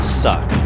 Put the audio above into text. suck